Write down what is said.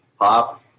pop